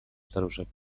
staruszek